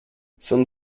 some